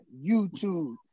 YouTube